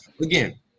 again